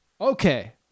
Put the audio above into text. Okay